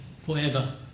forever